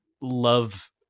love